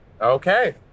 Okay